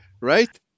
right